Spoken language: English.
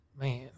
man